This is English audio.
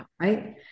right